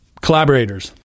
collaborators